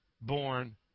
born